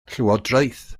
llywodraeth